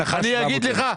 אני אגיד לך,